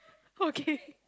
okay